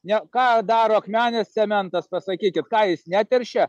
nes ką daro akmenės cementas pasakykit ką jis neteršia